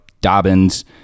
Dobbins